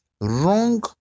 wrong